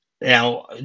now